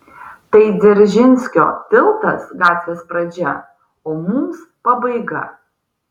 tai dzeržinskio tiltas gatvės pradžia o mums pabaiga